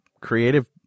creative